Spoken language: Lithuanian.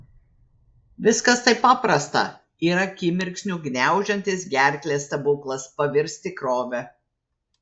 viskas taip paprasta ir akimirksniu gniaužiantis gerklę stebuklas pavirs tikrove